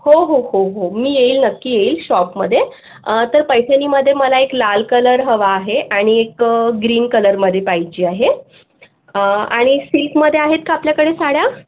हो हो हो हो मी येईल नक्की येईल शॉपमध्ये तर पैठणीमध्ये मला एक लाल कलर हवा आहे आणि एक ग्रीन कलरमध्ये पाहिजे आहे आणि सिल्कमध्ये आहेत का आपल्याकडे साड्या